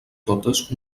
totes